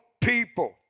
people